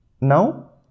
Now